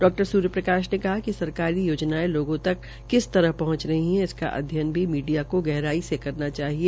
डॉ सूर्य प्रकाश ने कहा कि सरकारी याजनाएं लागों तक किस तरह पहंच रही हैं इसका अध्ययन भी मीडिया का गहराई से करना चाहिए